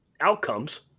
outcomes